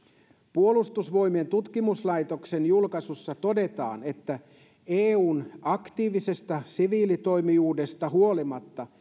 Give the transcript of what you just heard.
puolustusvoimien tutkimuslaitoksen julkaisussa todetaan että eun aktiivisesta siviilitoimijuudesta huolimatta